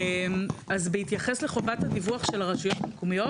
אז בהתייחס לחובת הדיווח של רשויות מקומיות,